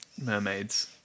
mermaids